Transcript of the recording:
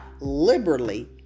liberally